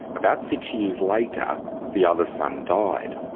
about six years later the other son died.